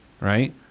Right